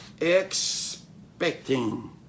expecting